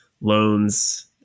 loans